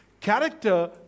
Character